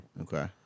Okay